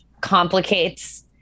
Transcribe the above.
complicates